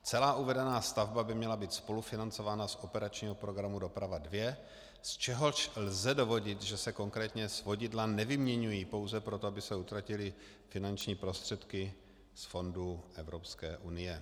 Celá uvedená stavba by měla být spolufinancována z operačního programu Doprava 2, z čehož lze dovodit, že se konkrétně svodidla nevyměňují pouze proto, aby se utratily finanční prostředky z fondů Evropské unie.